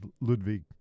Ludwig